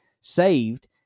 saved